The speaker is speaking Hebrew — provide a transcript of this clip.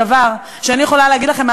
אני יכולה להגיד לכם,